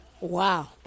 Wow